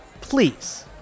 Please